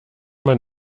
man